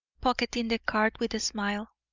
pocketing the card with a smile.